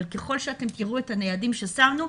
אבל ככול שאתם תראו את היעדים ששמנו,